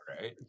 Right